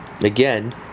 again